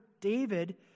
David